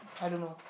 I don't know